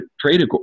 trade